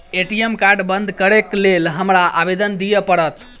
ATM card बंद करैक लेल हमरा आवेदन दिय पड़त?